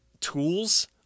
tools